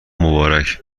مبارک